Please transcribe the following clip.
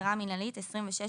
התשנ"ה-1995.